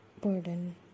burden